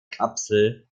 kapsel